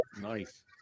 Nice